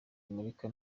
amerika